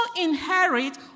inherit